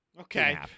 Okay